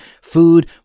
Food